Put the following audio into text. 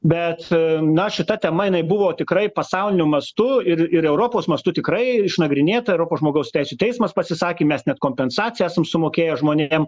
bet na šita tema jinai buvo tikrai pasauliniu mastu ir ir europos mastu tikrai išnagrinėta europos žmogaus teisių teismas pasisakė mes net kompensaciją esam sumokėję žmonėm